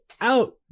out